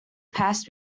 passed